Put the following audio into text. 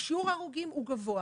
שיעור ההרוגים הוא גבוה,